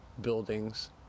buildings